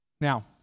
Now